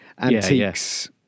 antiques